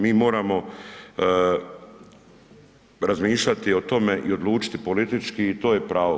Mi moramo razmišljati o tome i odlučiti politički i to je pravo.